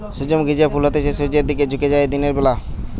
সূর্যমুখী যে ফুল হতিছে সূর্যের দিকে ঝুকে যায় দিনের বেলা